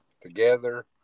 together